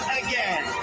again